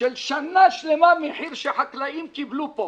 שנה שלמה של מחיר שחקלאים קיבלו פה